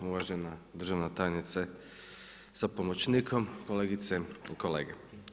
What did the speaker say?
Uvažene državna tajnice sa pomoćnikom, kolegice i kolege.